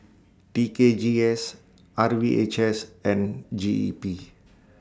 T K G S R V H S and G E P